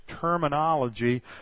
terminology